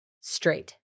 straight